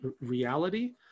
reality